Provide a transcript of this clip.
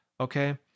okay